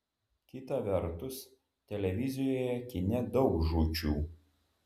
kita vertus televizijoje kine daug žūčių